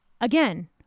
again